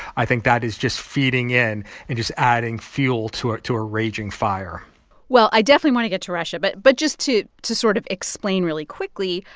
i think that is just feeding in and just adding fuel to to a raging fire well, i definitely wanna get to russia, but but just to to sort of explain really quickly,